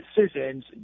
decisions